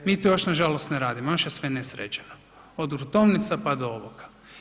Mi to još nažalost ne radimo, još je sve nesređeno, od gruntovnica pa do ovoga.